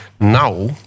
now